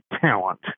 talent